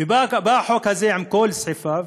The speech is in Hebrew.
ובא החוק הזה, על כל סעיפיו.